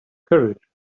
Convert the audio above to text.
courage